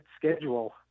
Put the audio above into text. schedule